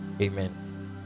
Amen